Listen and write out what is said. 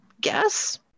guess